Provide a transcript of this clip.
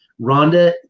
Rhonda